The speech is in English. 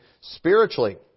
spiritually